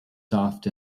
soft